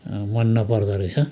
मन नपर्दो रहेछ